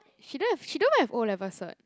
she don't have she don't even have O-level cert